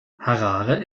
harare